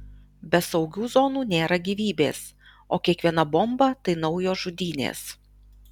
be saugių zonų nėra gyvybės o kiekviena bomba tai naujos žudynės